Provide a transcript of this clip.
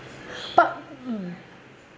but mm